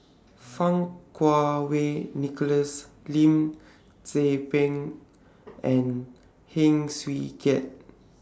Fang Kuo Wei Nicholas Lim Tze Peng and Heng Swee Keat